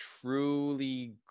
truly